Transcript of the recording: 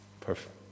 Perfect